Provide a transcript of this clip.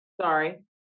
Sorry